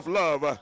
love